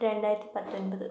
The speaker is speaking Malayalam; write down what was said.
രണ്ടായിരത്തി പത്തൊൻപത്